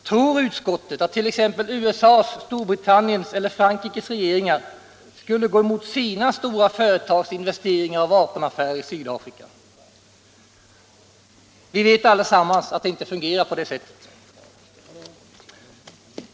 Tror utskottet att t.ex. USA:s, Storbritanniens eller Frankrikes regeringar skulle gå emot sina stora företags investeringar och vapenaffärer i Sydafrika? Vi vet allesamman att det inte fungerar på det sättet.